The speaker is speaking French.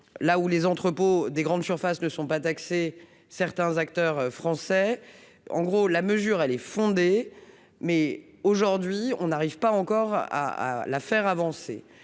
là ou les entrepôts des grandes surfaces ne sont pas d'accès certains acteurs français en gros la mesure elle est fondée, mais aujourd'hui on n'arrive pas encore à la faire avancer,